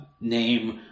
name